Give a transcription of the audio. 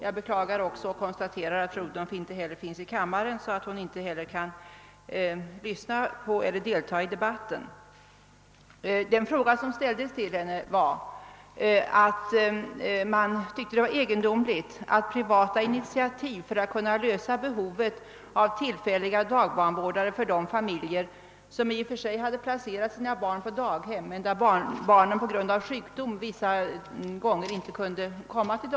Jag konstaterar också med beklagande att fru Odhnoff inte heller är närvarande i kammaren nu och därför inte kan delta i denna debatt. Jag har funnit det egendomligt att privata initiativ för att lösa behovet av tillfälliga barndagvårdare inte är tilllåtna. Det gäller här familjer som placerat sina barn exempelvis på daghem där barnen på grund av sjukdom inte kunde tas emot vissa dagar.